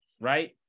right